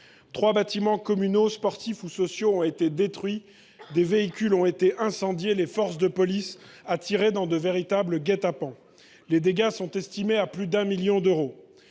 Trois bâtiments communaux sportifs ou sociaux ont été détruits, en plus de véhicules incendiés, et les forces de police ont été attirées dans de véritables guets apens. Les dégâts sont estimés à plus de 1 million d’euros.